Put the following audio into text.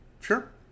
Sure